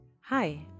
Hi